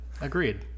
agreed